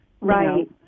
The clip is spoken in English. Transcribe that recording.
Right